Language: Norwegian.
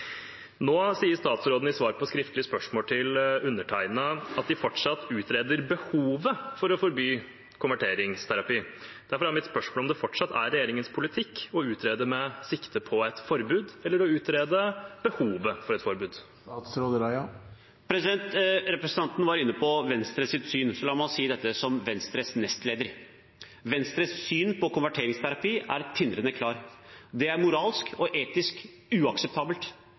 Nå sier statsråden i svar på skriftlig spørsmål til meg at de fortsatt utreder behovet for å forby konverteringsterapi. Derfor er mitt spørsmål: Er det fortsatt regjeringens politikk å utrede med sikte på et forbud, eller er det å utrede behovet for et forbud? Representanten var inne på Venstres syn, så la meg si dette som Venstres nestleder: Venstres syn på konverteringsterapi er tindrende klart – det er moralsk og etisk uakseptabelt.